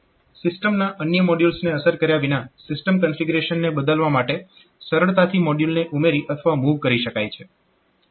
સિસ્ટમના અન્ય મોડયુલ્સને અસર કર્યા વિના સિસ્ટમ કન્ફીગરેશન ને બદલવા માટે સરળતાથી મોડયુલ્સને ઉમેરી અથવા મૂવ કરી શકાય છે